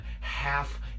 Half